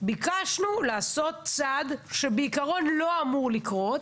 ביקשנו לעשות צעד שבעיקרון לא אמור לקרות.